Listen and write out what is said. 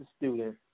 student